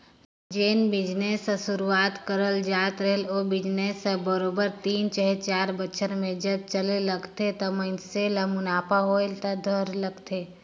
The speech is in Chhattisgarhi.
जेन बिजनेस कर सुरूवात करल जाए रहथे ओ बिजनेस हर बरोबेर तीन चहे चाएर बछर में जब चले लगथे त मइनसे ल मुनाफा होए ल धर लेथे